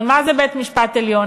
אבל מה זה בית-משפט עליון?